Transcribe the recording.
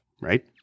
Right